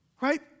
Right